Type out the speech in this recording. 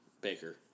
Baker